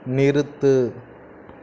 நிறுத்து